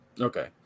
Okay